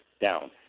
down